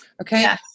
Okay